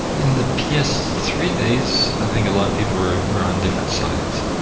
in the p s three days, i think a lot of people were were on different sides.